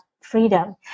freedom